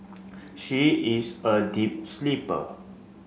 she is a deep sleeper